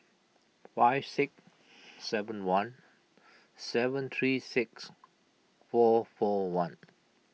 five six seven one seven three six four four one